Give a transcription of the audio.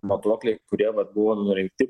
matuokliai kurie vat buvo nurinkti